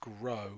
grow